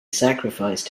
sacrificed